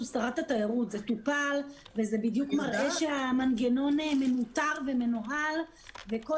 זה טופל וזה בדיוק מראה שהמנגנון מנוטר ומנוהל וכל